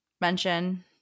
mention